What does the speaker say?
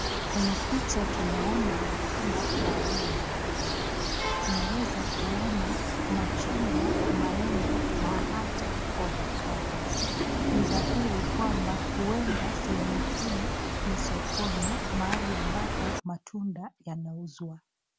Kwenye picha tunaona matunda ya aina mbali mbali. Tunaweza kuona machungwa, maembe na hata ovakado. Ni dhahari kwamba huenda sehemu hii ni sokoni, mahali ambapo matunda yanauzwa